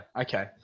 okay